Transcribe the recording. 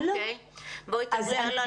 לא.